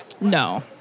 No